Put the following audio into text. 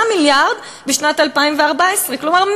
מיליארד בשנת 2014. כלומר,